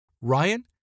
Ryan